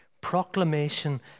Proclamation